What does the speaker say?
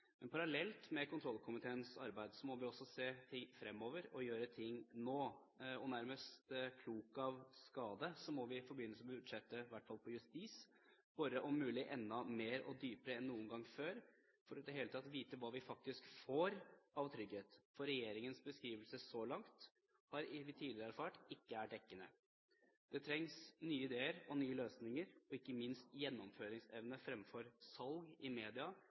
Men parallelt med kontrollkomiteens arbeid må vi også se fremover og gjøre ting nå. Nærmest klok av skade må vi i forbindelse med budsjettet – i hvert fall på justisområdet – bore om mulig enda mer og dypere enn noen gang før, for i det hele tatt vite hva vi faktisk får av trygghet, for regjeringens beskrivelse så langt har vi tidligere erfart at ikke er dekkende. Det trengs nye ideer, nye løsninger og ikke minst gjennomføringsevne fremfor salg i media